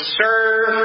serve